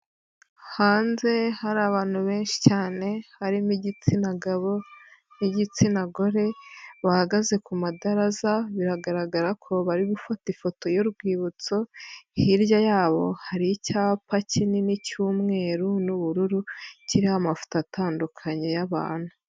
Hanze hari abantu benshi cyane, harimo igitsina gabo n'igitsina gore, bahagaze ku madaraza, biragaragara ko bari gufata ifoto y'urwibutso, hirya yabo hari icyapa kinini cy'umweru n'ubururu, kiriho amafoto atandukanye y'abantu.